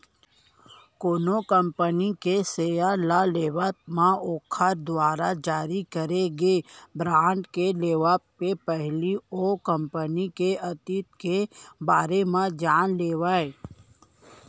कोनो कंपनी के सेयर ल लेवब म ओखर दुवारा जारी करे गे बांड के लेवब के पहिली ओ कंपनी के अतीत के बारे म जान लेवय